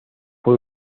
fue